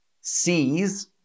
sees